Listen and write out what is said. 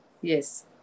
Yes